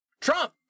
Trump